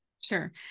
Sure